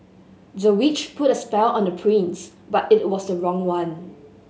the witch put a spell on the prince but it was the wrong one